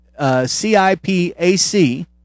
CIPAC